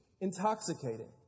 intoxicating